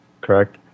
Correct